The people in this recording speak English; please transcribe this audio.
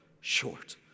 short